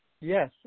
Yes